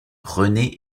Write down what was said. rené